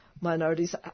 minorities